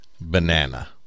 banana